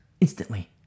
instantly